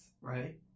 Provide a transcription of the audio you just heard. right